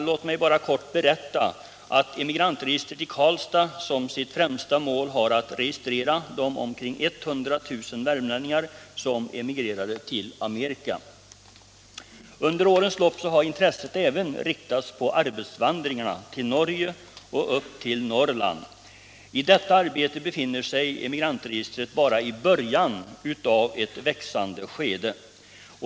Låt mig bara kortfattat berätta att Emigrantregistret i Karlstad som sitt främsta mål har att registrera de omkring 100 000 värmlänningar som emigrerade till Amerika. Under årens lopp har intresset även riktats på arbetsvandringarna till Norge och upp till Norrland. Här befinner sig Emigrantregistret bara i början av ett växande arbete.